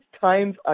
times